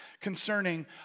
concerning